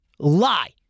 Lie